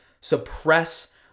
suppress